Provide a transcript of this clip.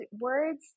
words